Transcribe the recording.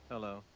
Hello